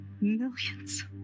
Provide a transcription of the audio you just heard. millions